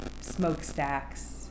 smokestacks